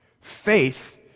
Faith